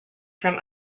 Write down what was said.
from